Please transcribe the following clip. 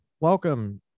welcome